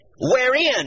Wherein